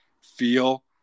feel